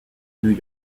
new